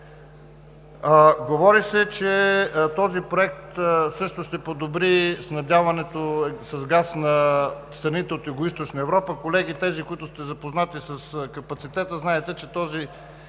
Говори се, че този проект също ще подобри снабдяването с газ на страните от Югоизточна Европа. Колеги, тези които сте запознати с капацитета, знаете че тази